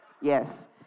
Yes